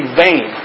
vain